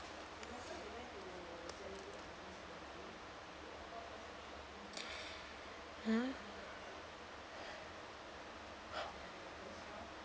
!huh!